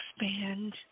expand